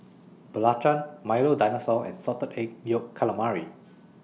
Belacan Milo Dinosaur and Salted Egg Yolk Calamari